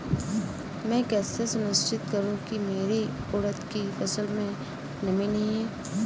मैं कैसे सुनिश्चित करूँ की मेरी उड़द की फसल में नमी नहीं है?